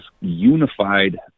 unified